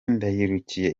ndayirukiye